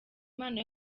imana